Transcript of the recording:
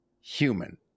human